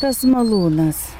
tas malūnas